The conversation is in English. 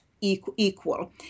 equal